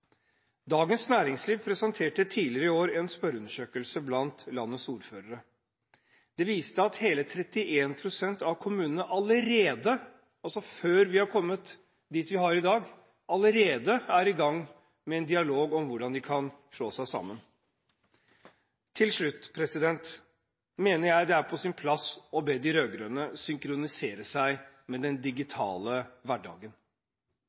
Dagens Næringsliv presenterte tidligere i år en spørreundersøkelse blant landet ordførere. Den viste at hele 31 pst. av kommunene allerede – altså før vi er kommet dit vi er i dag – er i gang med en dialog om hvordan de kan slå seg sammen. Til slutt mener jeg det er på sin plass å be de rød-grønne synkronisere seg med den digitale hverdagen.